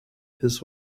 his